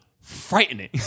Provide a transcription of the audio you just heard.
frightening